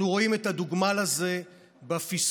אנחנו רואים את הדוגמה לזה בפספוס,